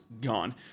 gone